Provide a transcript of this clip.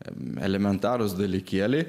elementarūs dalykėliai